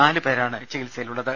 നാലുപേരാണ് ചികിത്സയിലുള്ളത്